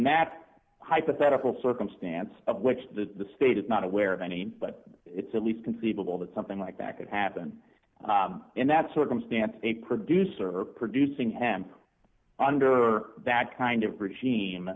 that hypothetical circumstance of which the state is not aware of any but it's at least conceivable that something like that could happen and that sort of stance a producer producing hemp under that kind of regime